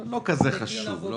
כן, לא כזה חשוב.